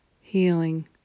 healing